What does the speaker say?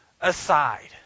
aside